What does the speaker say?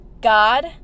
God